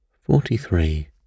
Forty-three